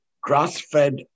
grass-fed